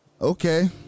Okay